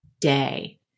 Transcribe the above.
day